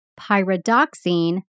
pyridoxine